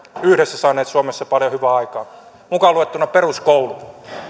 yhdessä saaneet suomessa paljon hyvää aikaan mukaan luettuna peruskoulun